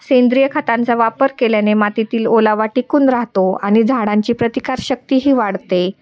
सेंद्रिय खातांचा वापर केल्याने मातीतील ओलावा टिकून राहतो आणि झाडांची प्रतिकारशक्तीही वाढते